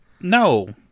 no